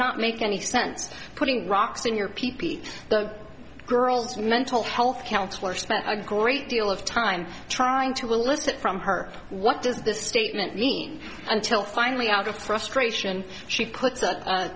not make any sense putting rocks in your pee pee the girls mental health counselor spent a great deal of time trying to elicit from her what does this statement mean until finally out of frustration she puts